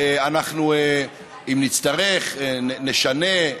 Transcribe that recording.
אם נצטרך נשנה,